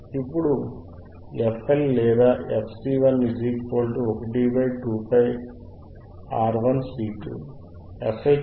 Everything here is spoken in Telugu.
ఇప్పుడు fL లేదా fC1 1 2πR1C2